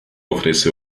ofrece